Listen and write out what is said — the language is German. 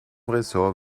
ressort